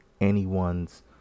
anyone's